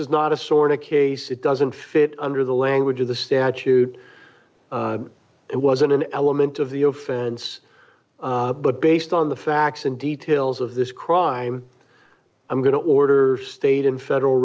is not a sort of case it doesn't fit under the language of the statute it was an element of the o fence but based on the facts and details of this crime i'm going to order state and federal